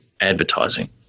advertising